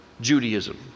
Judaism